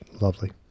lovely